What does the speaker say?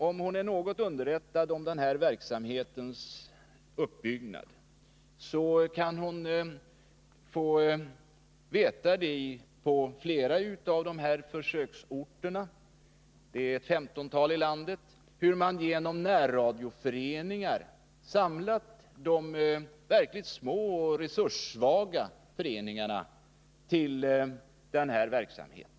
Om hon är något underrättad om den här verksamhetens uppbyggnad, så kan hon på flera av försöksorterna — det är ett femtontal i landet — få veta hur man genom närradioföreningar samlat de verkligt små och resurssvaga föreningarna till denna verksamhet.